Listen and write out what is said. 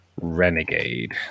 renegade